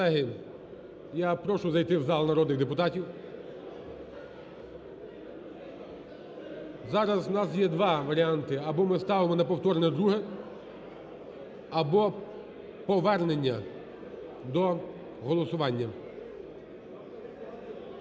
Колеги, я прошу зайти в зал народних депутатів. Зараз у нас є два варіанти: або ми ставимо на повторне друге, або повернення до голосування.